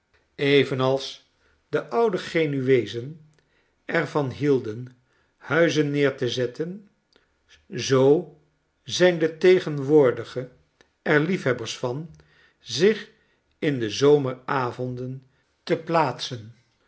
evenals de oude genueezen er van hielden huizen neer te zetten zoo zijn de tegenwoordige er liefhebbers van zich in de zomeravonden te plaatsen